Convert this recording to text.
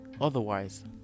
otherwise